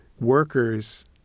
workers